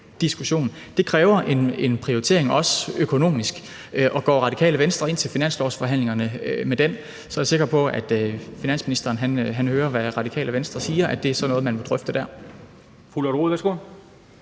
Det kræver en prioritering, også økonomisk, og går Radikale Venstre ind til finanslovsforhandlingerne med den, er jeg sikker på, at finansministeren vil høre, hvad Det Radikale Venstre siger, og at det er sådan noget, man vil drøfte dér.